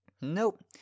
Nope